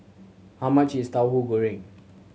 how much is Tauhu Goreng